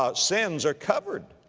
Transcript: ah sins are covered.